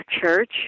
church